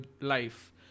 life